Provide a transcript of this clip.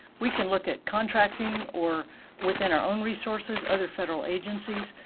we can look at contracting or within our own resources, other federal agencies,